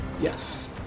Yes